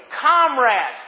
comrades